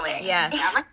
Yes